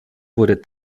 wurde